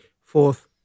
fourth